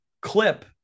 clip